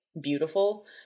beautiful